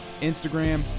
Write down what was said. Instagram